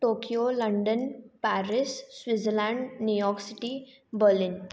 Tokyo London Paris Switzerland New York city Berlin